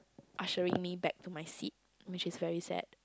ushering me back to my seat which is very sad